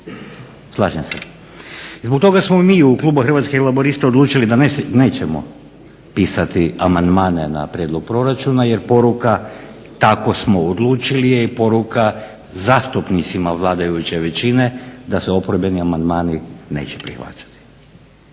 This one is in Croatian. Slažem se. I zbog toga smo mi u Klubu hrvatskih laburista nećemo pisati amandmane na prijedlog proračuna, jer poruka tako smo odlučili je i poruka zastupnicima vladajuće većine da se oporbeni amandmani neće prihvaćati.